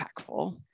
impactful